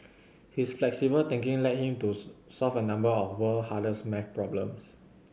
his flexible thinking led him to solve a number of world hardest maths problems